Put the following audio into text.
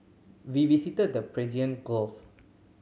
we visited the Persian Gulf